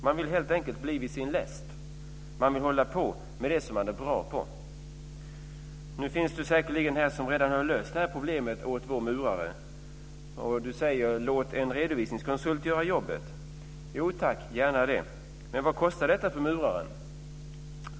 Man vill helt enkelt bli vid sin läst. Man vill hålla på med det man är bra på. Nu finns det säkerligen de som redan har löst problemet åt vår murare. Man säger: Låt en redovisningskonsult göra jobbet. Jo, tack. Gärna det. Men vad kostar detta för muraren?